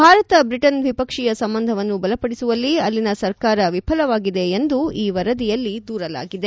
Bharat Britain ದ್ವಿಪಕ್ಷೀಯ ಸಂಬಂಧವನ್ನು ಬಲಪಡಿಸುವಲ್ಲಿ ಅಲ್ಲಿನ ಸರ್ಕಾರ ವಿಫಲವಾಗಿದೆ ಎಂದೂ ಈ ವರದಿಯಲ್ಲಿ ದೂರಲಾಗಿದೆ